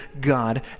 God